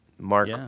Mark